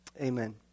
amen